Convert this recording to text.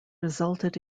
resulted